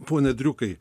pone driukai